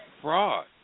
fraud